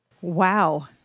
Wow